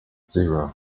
zero